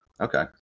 Okay